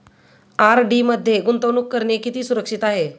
RD मध्ये गुंतवणूक करणे किती सुरक्षित आहे?